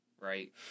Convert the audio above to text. right